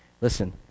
Listen